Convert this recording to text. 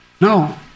No